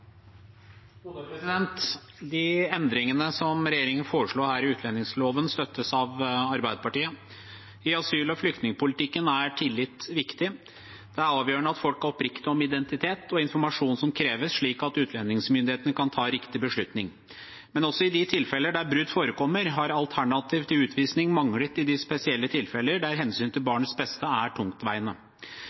De endringene i utlendingsloven som regjeringen foreslår her, støttes av Arbeiderpartiet. I asyl- og flyktningpolitikken er tillit viktig. Det er avgjørende at folk er oppriktige om identitet og informasjon som kreves, slik at utlendingsmyndighetene kan ta en riktig beslutning. Men også i de tilfellene der brudd forekommer, har alternativer til utvisning manglet i de spesielle tilfellene der hensynet til barnets beste er